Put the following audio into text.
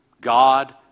God